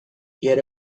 yet